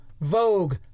Vogue